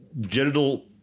genital